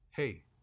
Hey